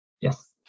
Yes